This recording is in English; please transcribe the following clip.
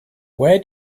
where